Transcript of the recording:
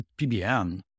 PBN